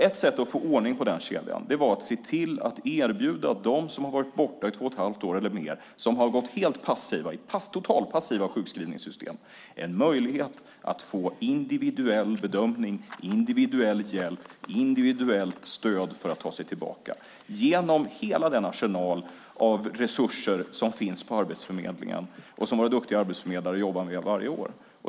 Ett sätt att få ordning på den kedjan är att se till att erbjuda dem som har varit borta i två och ett halvt år eller mer, som har gått helt passiva i totalpassiva sjukskrivningssystem, en möjlighet att få en individuell bedömning, en individuell hjälp och ett individuellt stöd för att ta sig tillbaka, genom hela den arsenal av resurser som finns på Arbetsförmedlingen och som våra duktiga arbetsförmedlare jobbar med varje år.